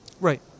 Right